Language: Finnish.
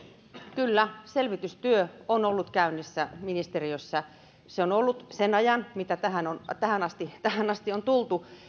kyllä selvitystyö on ollut käynnissä ministeriössä se on ollut sen ajan mitä tähän asti tähän asti on tultu